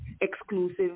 exclusive